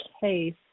case